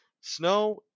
snow